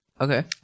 Okay